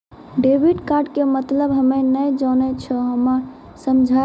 Debit card के मतलब हम्मे नैय जानै छौ हमरा समझाय दियौ?